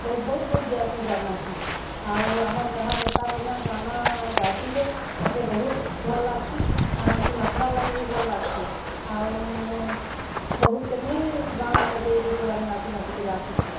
ବହୁତ୍ ବହୁତ୍ ଦୂର୍ ଯାଏସୁଁ ଜାଗା ନାଚି ଆଉ ଆମର୍ ଗାଁହକ୍ ଏନ୍ତା ବଢ଼ିଆ ଗାନା ଗାଏସିଁ ଯେ ମୋତେ ବହୁତ୍ ଭଲ୍ ଲାଗସି ଆର୍ ଆମକୁ ନାଚବାର୍ ଲାଗି ବି ଭଲ୍ ଲାଗସି ଆଉ ବହୁତ୍ କେତ୍ନୀ ଗାଁମାନେ ଯାଇ ଯାଇ କରି ଆମେ ନାଚି ନାଚି କରିଆସୁଛୁଁ